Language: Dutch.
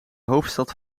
hoofdstad